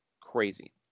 crazy